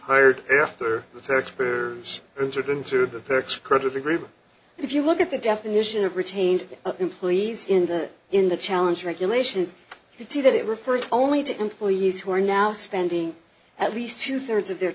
hired after the taxpayers entered into the perks creditor group if you look at the definition of retained employees in the in the challenge regulation would see that it refers only to employees who are now spending at least two thirds of their